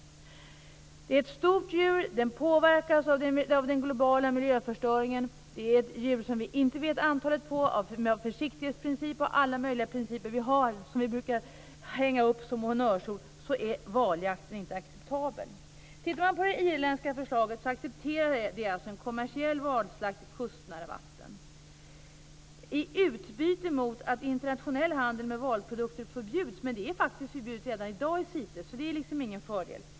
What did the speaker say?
Valen är ett stort djur. Den påverkas av den globala miljöförstöringen. Valen är ett djur vars antal vi inte vet. Trots försiktighetsprincipen och alla möjliga principer som vi har och som vi brukar hålla fram som honnörsord är valjakten inte acceptabel. Det irländska förslaget gäller en kommersiell valslakt i kustnära vatten, i utbyte mot att internationell handel med valprodukter förbjuds. Men det är faktiskt redan i dag förbjudet i CITES, så det är liksom ingen fördel.